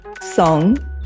song